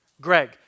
Greg